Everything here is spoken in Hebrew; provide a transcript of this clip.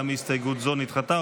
גם הסתייגות זו נדחתה.